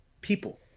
people